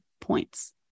points